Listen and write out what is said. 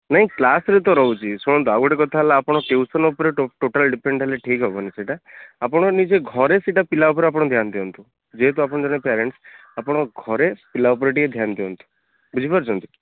ନାଇଁ କ୍ଲାସରେ ତ ରହୁଛି ଶୁଣନ୍ତୁ ଆଉ ଗୋଟେ କଥା ହେଲା ଆପଣ ଟ୍ୟୁସନ ଉପରେ ଟୋଟାଲି ଡିପେଣ୍ଡ ହେଲେ ଠିକ ହେବନି ସେଟା ଆପଣ ନିଜେ ଘରେ ସେଟା ପିଲା ଉପରେ ଆପଣ ଧ୍ୟାନ ଦିଅନ୍ତୁ ଯେହେତୁ ଆପଣ ଜଣେ ପ୍ୟାରେଣ୍ଟସ ଆପଣ ଘରେ ପିଲା ଉପରେ ଟିକେ ଧ୍ୟାନ ଦିଅନ୍ତୁ ବୁଝିପାରୁଛନ୍ତି